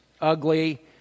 ugly